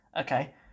Okay